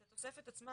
התוספת עצמה,